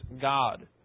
God